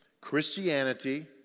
Christianity